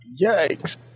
Yikes